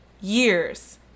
years